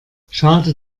schade